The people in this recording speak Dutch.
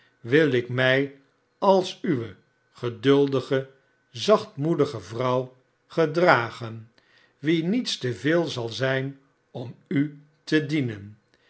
wil ik mij als uwe geduldige zachtmoedige vrouw gedragen wie niets te veel zal zijn om u te dienen